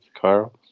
Carl